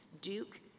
Duke